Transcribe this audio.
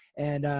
and,